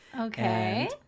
Okay